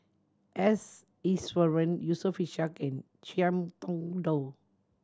S Iswaran Yusof Ishak and Ngiam Tong Dow